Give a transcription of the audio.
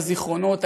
על הזיכרונות,